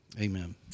amen